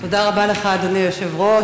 תודה רבה לך, אדוני היושב-ראש.